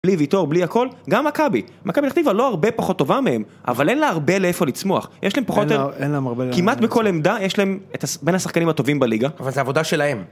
בלי ויטור, בלי הכל, גם מכבי, מכבי פתח תקווה לא הרבה פחות טובה מהם, אבל אין לה הרבה לאיפה לצמוח, יש להם פחות, כמעט בכל עמדה יש להם בין השחקנים הטובים בליגה. אבל זה עבודה שלהם.